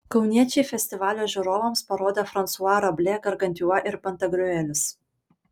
kauniečiai festivalio žiūrovams parodė fransua rablė gargantiua ir pantagriuelis